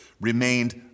remained